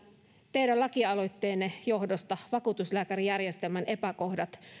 teidän lakialoitteenne johdosta vakuutuslääkärijärjestelmän epäkohdat